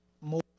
more